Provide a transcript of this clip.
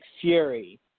Fury